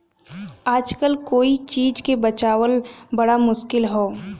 आजकल कोई चीज के बचावल बड़ा मुश्किल हौ